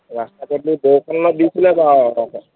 ৰাস্তা পদূলি বৰষুণ অলপ দিছিলে বাৰু